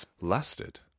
lasted